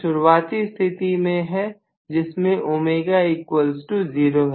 हम शुरुआती स्थिति में हैं जिसमें ω 0 है